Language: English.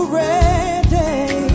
ready